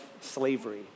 slavery